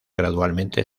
gradualmente